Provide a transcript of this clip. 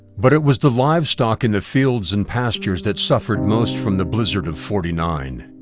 but it was the livestock in the fields and pastures that suffered most from the blizzard of forty nine.